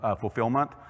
fulfillment